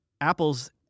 Apple's